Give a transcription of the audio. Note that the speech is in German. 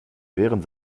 während